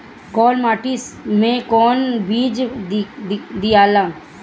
कौन माटी मे कौन बीज दियाला?